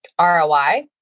ROI